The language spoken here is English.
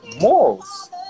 morals